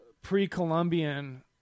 pre-Columbian